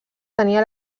tenia